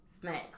snacks